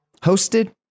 hosted